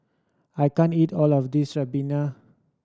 I can't eat all of this ribena